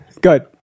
Good